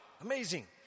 amazing